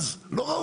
אז לא ראו.